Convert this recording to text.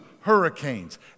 hurricanes